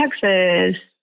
texas